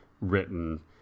written